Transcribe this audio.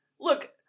Look